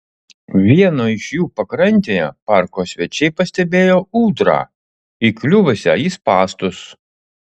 vieno iš jų pakrantėje parko svečiai pastebėjo ūdrą įkliuvusią į spąstus